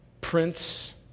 prince